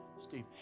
Steve